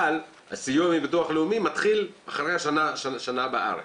אבל הסיוע מביטוח לאומי מתחיל אחרי שנה בארץ.